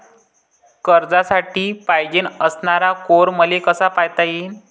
कर्जासाठी पायजेन असणारा स्कोर मले कसा पायता येईन?